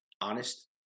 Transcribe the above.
honest